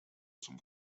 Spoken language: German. zum